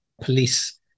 police